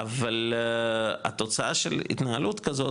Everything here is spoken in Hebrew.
אבל התוצאה של התנהלות כזאת,